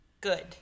Good